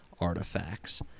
artifacts